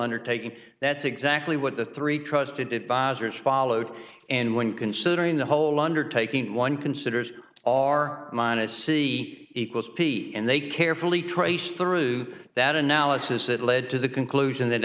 undertaking that's exactly what the three trust it it buys or is followed and when considering the whole undertaking one considers are mine i see equals p and they carefully traced through that analysis that led to the conclusion that